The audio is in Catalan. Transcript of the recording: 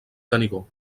canigó